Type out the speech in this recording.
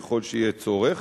ככל שיהיה צורך.